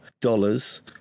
dollars